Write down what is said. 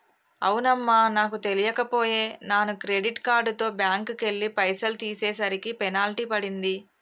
అవునమ్మా నాకు తెలియక పోయే నాను క్రెడిట్ కార్డుతో బ్యాంకుకెళ్లి పైసలు తీసేసరికి పెనాల్టీ పడింది